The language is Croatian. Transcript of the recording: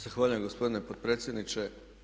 Zahvaljujem gospodine potpredsjedniče.